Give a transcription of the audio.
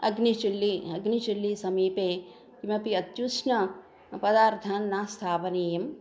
अग्निचुल्लिः अग्निचुल्लिसमीपे किमपि अत्युष्णपदार्थान् न स्थापनीयं